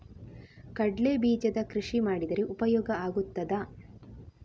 ಕಡ್ಲೆ ಬೀಜದ ಕೃಷಿ ಮಾಡಿದರೆ ಉಪಯೋಗ ಆಗುತ್ತದಾ?